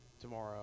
tomorrow